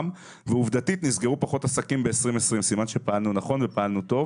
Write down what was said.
עובדתית נסגרו פחות עסקים ב-2020 וזה אומר שפעלנו טוב.